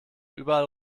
überall